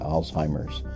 Alzheimer's